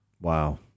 Wow